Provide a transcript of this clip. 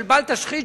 של בל תשחית,